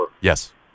Yes